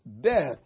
death